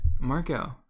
Marco